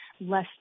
less